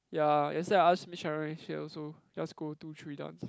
ya yesterday I asked Miss Sharon she also just go two three dance